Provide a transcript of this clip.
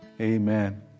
amen